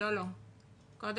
בטוחה שהקשבת